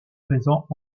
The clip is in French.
présent